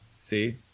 See